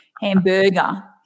Hamburger